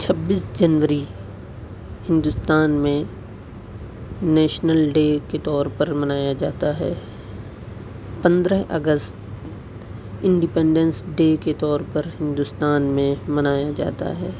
چھبس جنوری ہندوستان میں national day کے طور پر منایا جاتا ہے پندرہ اگست انڈپنڈنس ڈے کے طور پر ہندوستان میں منایا جاتا ہے